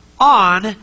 on